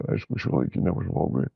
aišku šiuolaikiniam žmogui